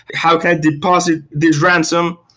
how can i deposit the ransom?